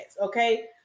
okay